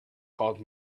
called